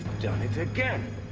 done it again!